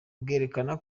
bwerekana